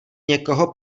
někoho